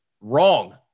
Wrong